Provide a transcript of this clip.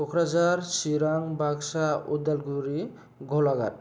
Kokrajhar Chirang Baksa Udalguri Golaghat